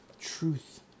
Truth